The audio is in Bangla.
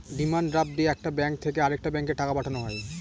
ডিমান্ড ড্রাফট দিয়ে একটা ব্যাঙ্ক থেকে আরেকটা ব্যাঙ্কে টাকা পাঠানো হয়